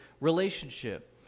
relationship